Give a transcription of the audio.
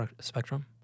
spectrum